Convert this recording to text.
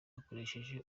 yakoresheje